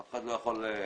אף אחד לא יכול לדעת.